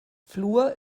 fluor